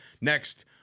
next